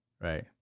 Right